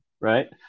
right